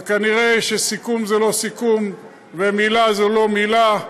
אבל כנראה סיכום זה לא סיכום ומילה זה לא מילה.